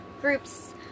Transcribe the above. groups